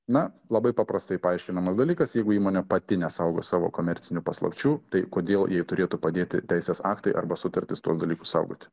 na labai paprastai paaiškinamas dalykas jeigu įmonė pati nesaugo savo komercinių paslapčių tai kodėl jai turėtų padėti teisės aktai arba sutartis tuos dalykus saugoti